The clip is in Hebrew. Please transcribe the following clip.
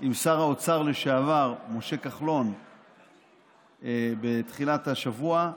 עם שר האוצר לשעבר משה כחלון בתחילת השבוע,